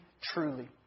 truly